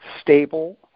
stable